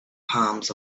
palms